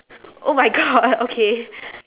oh my god okay